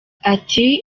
ati